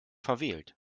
verwählt